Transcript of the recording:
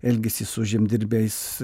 elgesys su žemdirbiais